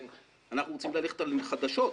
אנחנו רוצים ללכת על אנרגיות חדשות,